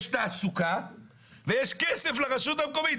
יש תעסוקה ויש כסף לרשות המקומית.